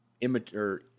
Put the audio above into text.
immature